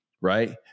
right